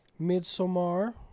Midsommar